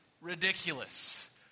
ridiculous